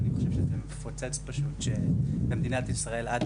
ואני חושב שזה מפוצץ פשוט שבמדינת ישראל עד